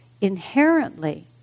Inherently